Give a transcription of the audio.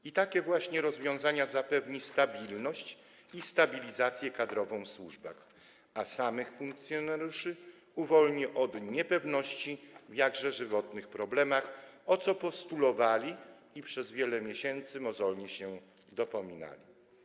I takie właśnie rozwiązania zapewnią stabilność i stabilizację kadrową w służbach, a samych funkcjonariuszy uwolnią od niepewności w jakże żywotnych problemach, o co postulowali i przez wiele miesięcy mozolnie się dopominali.